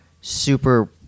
super